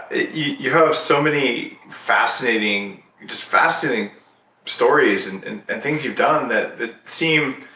you have so many fascinating fascinating stories and things you've done that that seem